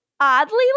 Oddly